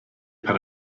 pan